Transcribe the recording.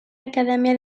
acadèmia